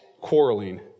quarreling